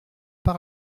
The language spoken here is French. d’en